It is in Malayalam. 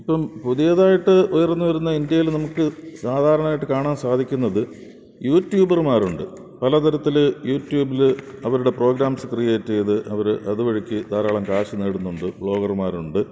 ഇപ്പോള് പുതിയതായിട്ട് ഉയർന്നുവരുന്ന ഇന്ത്യയിൽ നമുക്ക് സാധാരണയായിട്ട് കാണാൻ സാധിക്കുന്നത് യൂ ട്യൂബർമാരുണ്ട് പലതരത്തില് യൂ ട്യൂബില് അവരുടെ പ്രോഗ്രാംസ് ക്രിയേറ്റെയ്ത് അവര് അതുവഴിക്ക് ധാരാളം കാശ് നേടുന്നുണ്ട് വ്ളോഗര്മാരുണ്ട്